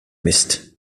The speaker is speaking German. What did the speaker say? mist